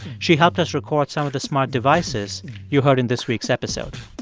she helped us record some of the smart devices you heard in this week's episode.